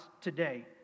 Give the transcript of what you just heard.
today